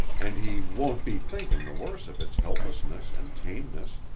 and he won't be thinking the worse of its helplessness and tameness.